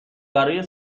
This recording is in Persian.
برای